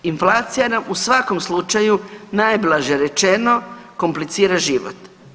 Inflacija nam u svakom slučaju, najblaže rečeno, komplicira život.